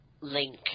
link